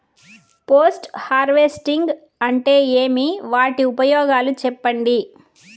Post harvesting అంటే ఏమి? వాటి ఉపయోగాలు చెప్పండి?